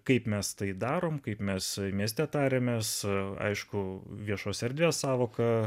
kaip mes tai darome kaip mes mieste tariamės su aišku viešos erdvės sąvoka